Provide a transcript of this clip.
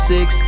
Six